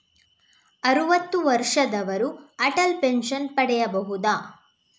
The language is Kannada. ಅರುವತ್ತು ವರ್ಷದವರು ಅಟಲ್ ಪೆನ್ಷನ್ ಪಡೆಯಬಹುದ?